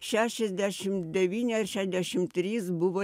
šešiasdešim devyni ar šedešim trys buvo